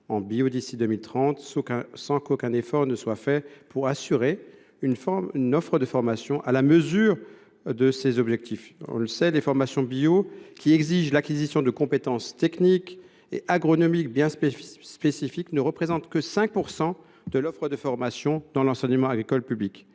nous ne fassions aucun effort pour assurer une offre de formation à la mesure de cet objectif. Les formations bio, qui exigent l’acquisition de compétences techniques et agronomiques bien spécifiques, ne représentent que 5 % de l’offre de formation actuelle dans l’enseignement agricole public.